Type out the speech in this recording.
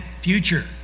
future